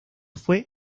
fue